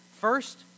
First